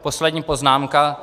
Poslední poznámka.